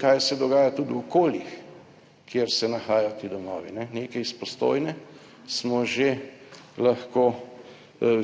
Kaj se dogaja tudi v okoljih, kjer se nahajajo ti domovi? Nekaj iz Postojne smo že lahko